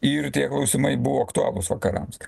ir tie klausimai buvo aktualūs vakarams